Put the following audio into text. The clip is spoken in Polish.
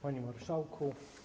Panie Marszałku!